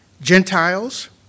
Gentiles